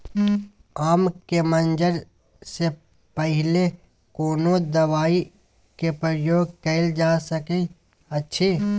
आम के मंजर से पहिले कोनो दवाई के प्रयोग कैल जा सकय अछि?